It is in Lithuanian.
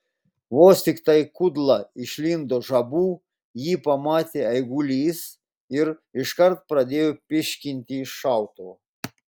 vos tiktai kudla išlindo žabų jį pamatė eigulys ir iškart pradėjo pyškinti iš šautuvo